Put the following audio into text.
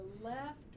left